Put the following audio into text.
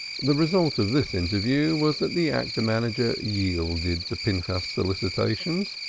the result of this interview was that the actor-manager yielded to pinchas's solicitations,